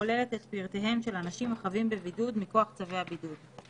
הכוללת את פרטיהם של אנשים החבים בבידוד מכוח צווי הבידוד.